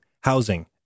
housing